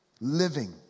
living